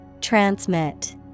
Transmit